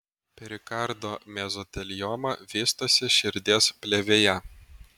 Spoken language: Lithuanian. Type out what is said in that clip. perikardo mezotelioma vystosi širdies plėvėje